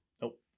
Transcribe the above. nope